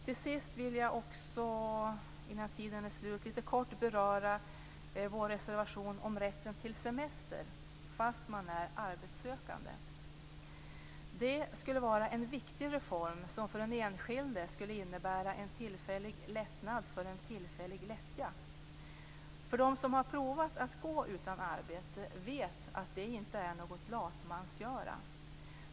Till sist vill jag också, innan min taletid är slut, lite kortfattat beröra vår reservation om rätten till semester för dem som är arbetssökande. Det skulle vara en viktig reform som för den enskilde skulle innebära en tillfällig lättnad för en tillfällig lättja. De som har gått utan arbete vet att det inte är något latmansgöra.